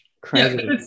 Crazy